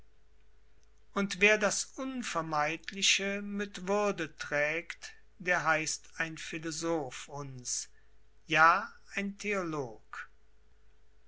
und wer das unvermeidliche mit würde trägt der heißt ein philosoph uns ja ein theolog